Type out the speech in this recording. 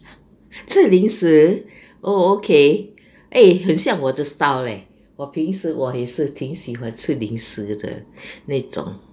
吃零食 oh okay eh 很像我的 style leh 我平时我也是挺喜欢吃零食的那种